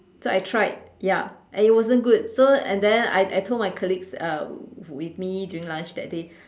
so I tried ya and it wasn't good so and then I I told my colleagues uh with me during lunch that day